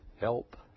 help